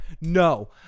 No